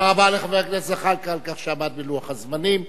תודה רבה לחבר הכנסת זחאלקה על כך שעמד בלוח הזמנים.